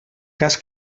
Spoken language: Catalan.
cas